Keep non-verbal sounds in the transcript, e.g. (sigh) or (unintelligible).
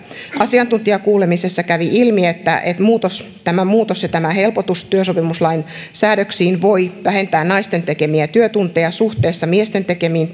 asiantuntijakuulemisessa kävi ilmi että tämä muutos ja tämä helpotus työsopimuslain säädöksiin voi vähentää naisten tekemiä työtunteja suhteessa miesten tekemiin (unintelligible)